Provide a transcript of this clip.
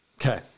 Okay